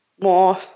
more